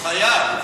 הוא חייב,